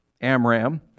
Amram